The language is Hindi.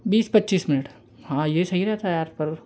बीस पच्चीस मिनट हाँ यह सही रहता है यार पर